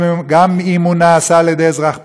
גם אם הוא נעשה על ידי אזרח פרטי,